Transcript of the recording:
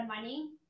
money